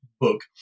book